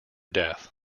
death